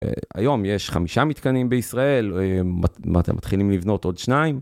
היום יש חמישה מתקנים בישראל, מתחילים לבנות עוד שניים.